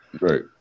Right